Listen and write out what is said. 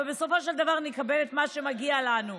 אבל בסופו של דבר נקבל את מה שמגיע לנו.